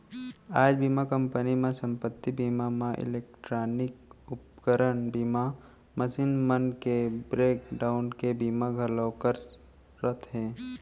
आज बीमा कंपनी मन संपत्ति बीमा म इलेक्टानिक उपकरन बीमा, मसीन मन के ब्रेक डाउन के बीमा घलौ करत हें